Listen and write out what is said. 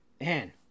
Man